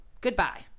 goodbye